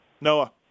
Noah